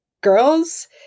girls